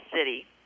city